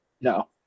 No